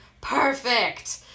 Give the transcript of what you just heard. perfect